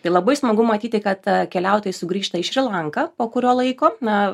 tai labai smagu matyti kad keliautojai sugrįžta į šri lanką po kurio laiko na